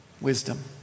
wisdom